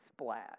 splash